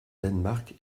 danemark